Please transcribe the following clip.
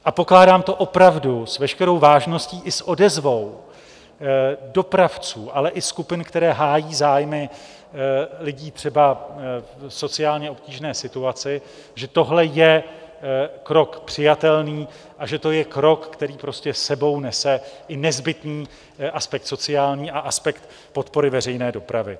A pokládám to opravdu s veškerou vážností i s odezvou dopravců, ale i skupin, které hájí zájmy lidí třeba v sociálně obtížné situaci, že tohle je krok přijatelný a že to je krok, který s sebou nese i nezbytný aspekt sociální a aspekt podpory veřejné dopravy.